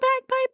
bagpipe